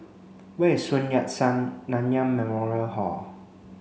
where is Sun Yat Sen Nanyang Memorial Hall